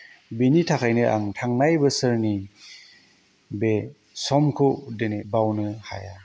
बेनि थाखायनो आं थांनाय बोसोरनि बे समखौ दिनै बावनो हाया